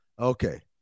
okay